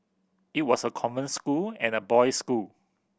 it was a convent school and a boys school